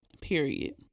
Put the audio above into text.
period